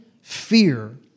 fear